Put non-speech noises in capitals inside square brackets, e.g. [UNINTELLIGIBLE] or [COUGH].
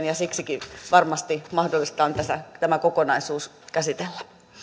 [UNINTELLIGIBLE] ja siksikin varmasti mahdollista on tämä kokonaisuus käsitellä